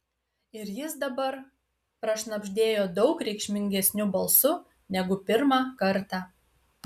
ir jis dabar prašnabždėjo daug reikšmingesniu balsu negu pirmą kartą